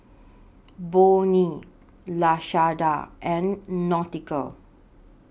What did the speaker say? Bonnie Lashanda and Nautica